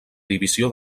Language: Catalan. divisió